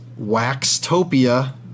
Waxtopia